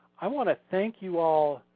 i want to thank you all